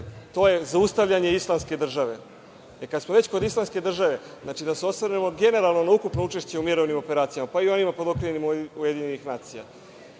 to je zaustavljanje Islamske države. Kad smo već kod Islamske države, da se osvrnemo generalno na ukupno učešće u mirovnim operacijama, pa i ovima pod okriljem UN. Vi